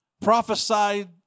prophesied